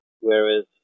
Whereas